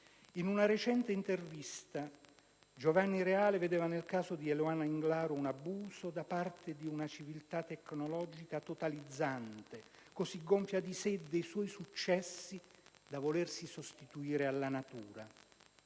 In una recente intervista Giovanni Reale, vedeva nel caso di Eluana Englaro un abuso da parte di una civiltà tecnologica totalizzante, così gonfia di sé e dei suoi successi da volersi sostituire alla natura.